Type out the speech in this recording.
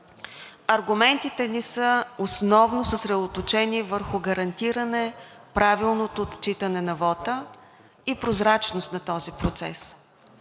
Аргументите ни са основно съсредоточени върху гарантиране на правилното отчитане на вота и прозрачността на този процес.